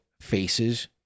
faces